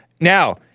Now